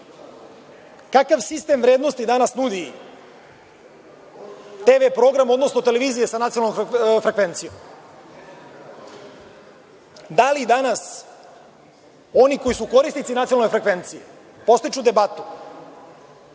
Kakav sistem vrednosti danas nudi tv program, odnosno televizija sa nacionalnom frekvencijom? Da li danas oni koji su korisnici nacionalne frekvencije podstiču debatu,